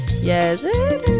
yes